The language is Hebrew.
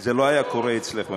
זה לא היה קורה אצלך במשרד,